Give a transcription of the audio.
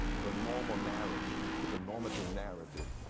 the normal narrative, the normative narrative,